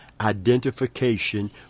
identification